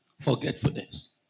Forgetfulness